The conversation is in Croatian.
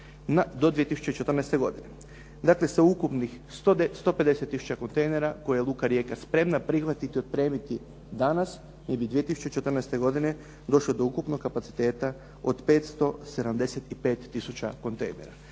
do 2014. godine. Dakle, sa ukupnih 150 tisuća kontejnera koje je luka Rijeka spremna prihvatiti i otpremiti danas mi bi 2014. godine došli do ukupnog kapaciteta od 575 tisuća kontejnera.